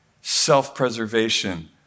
self-preservation